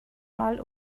mal